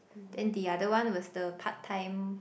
then the other one was the part time